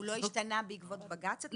הוא לא השתנה בעקבות בג"צ?